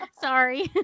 Sorry